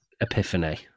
epiphany